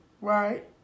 Right